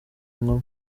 inkumi